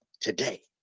today